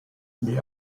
the